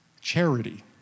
charity